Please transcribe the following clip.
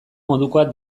modukoak